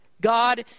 God